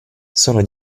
sono